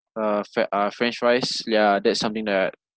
uh fe~ uh french fries yeah that's something that